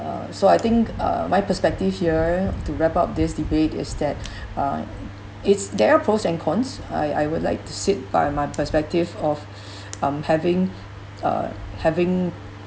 uh so I think uh my perspective here to wrap up this debate is that uh it's their pros and cons I I would like to sit by my perspective of um having uh having